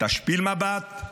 תשפיל מבט,